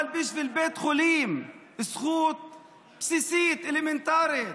אבל בשביל בית חולים, זכות בסיסית, אלמנטרית,